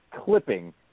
clipping